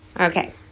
Okay